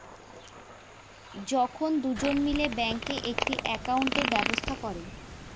যখন দুজন মিলে ব্যাঙ্কে একটি একাউন্টের ব্যবস্থা করে